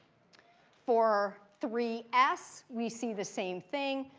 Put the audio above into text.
for three s, we see the same thing.